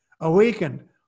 awakened